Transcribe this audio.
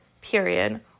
period